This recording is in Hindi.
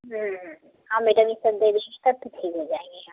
हूँ हूँ हाँ मैडम ये सब दे देंगी तब ठीक हो जाएँगे हम